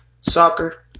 Soccer